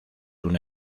una